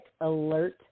alert